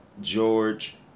George